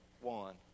One